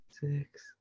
six